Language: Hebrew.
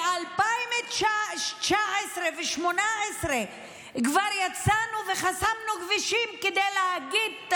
ב-2019 וב-2018 כבר יצאנו וחסמנו כבישים כדי להגיד: